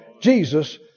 Jesus